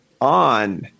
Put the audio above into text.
on